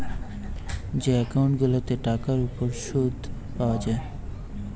যে একউন্ট গুলাতে টাকার উপর শুদ পায়া যায়